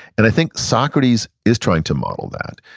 and i think socrates is trying to model that.